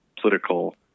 political